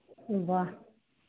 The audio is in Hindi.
वाह